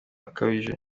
akabije